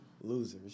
Losers